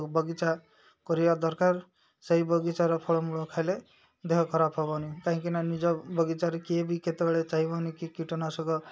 ବଗିଚା କରିବା ଦରକାର ସେଇ ବଗିଚାର ଫଳମୂଳ ଖାଇଲେ ଦେହ ଖରାପ ହବନି କାହିଁକି ନା ନିଜ ବଗିଚାରେ କିଏ ବି କେତେବେଳେ ଚାହିଁବନି କି କୀଟନାଶକ